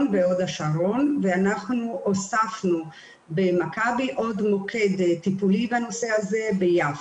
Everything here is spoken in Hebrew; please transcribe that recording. בהוד השרון והוספנו במכבי עוד מוקד טיפולי בנושא הזה ביפו.